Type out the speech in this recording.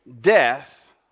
death